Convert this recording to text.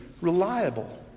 reliable